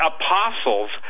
apostles